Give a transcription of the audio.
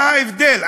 מה ההבדל?